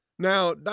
Now